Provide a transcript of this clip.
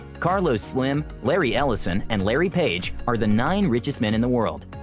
carlos slim, larry ellison, and larry page are the nine richest men in the world.